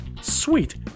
sweet